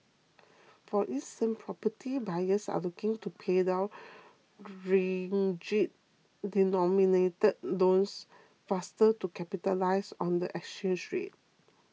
for instance property buyers are looking to pay down ringgit denominated loans faster to capitalise on the exchange rate